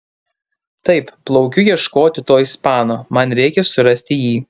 taip plaukiu ieškoti to ispano man reikia surasti jį